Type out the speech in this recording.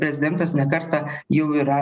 prezidentas ne kartą jau yra